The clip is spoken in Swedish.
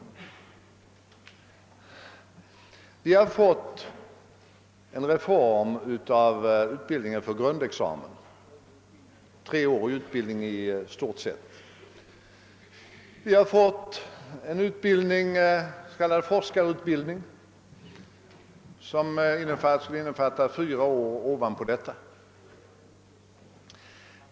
Vårt land har fått en reform av utbildningen till grundexamen, treårig utbildning i de flesta fall. Vi har fått en utbildning, s.k. forskarutbildning, som innefattar fyra år ovanpå detta.